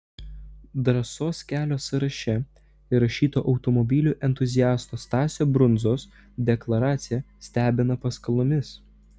drąsos kelio sąraše įrašyto automobilių entuziasto stasio brundzos deklaracija stebina paskolomis